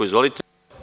Izvolite.